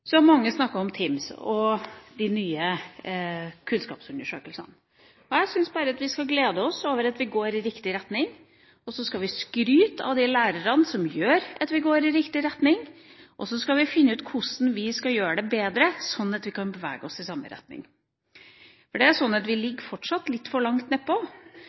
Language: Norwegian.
Så har mange snakket om TIMSS, og de nye kunnskapsundersøkelsene. Jeg syns bare at vi skal glede oss over at vi går i riktig retning. Så skal vi skryte av de lærerne som gjør at vi går i riktig retning. Så skal vi finne ut hvordan vi skal gjøre det bedre, sånn at vi kan bevege oss videre i samme retning. Det er sånn at vi fortsatt ligger litt for langt